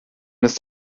ist